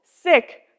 sick